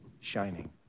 shining